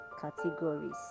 categories